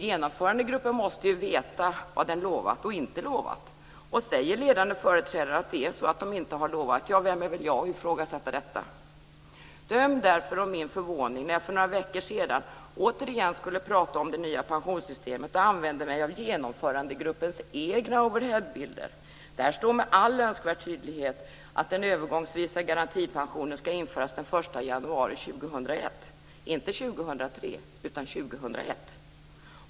Genomförandegruppen måste ju veta vad den lovat och inte lovat. Säger ledande företrädare att det är så att de inte har lovat - ja, vem är väl jag att då ifrågasätta detta? Döm därför om min förvåning när jag för några veckor sedan återigen skulle tala om det nya pensionssystemet och använde mig av Genomförandegruppens egna overheadbilder. Där står med all önskvärd tydlighet att den övergångsvisa garantipensionen ska införas den 1 januari 2001 - inte 2003 utan 2001!